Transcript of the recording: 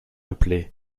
appelait